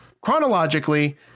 chronologically